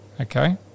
Okay